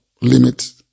limit